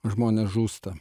žmonės žūsta